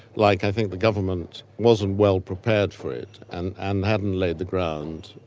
like i think the government wasn't well prepared for it and and hadn't laid the ground,